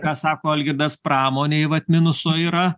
ką sako algirdas pramonėj vat minuso yra